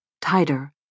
tighter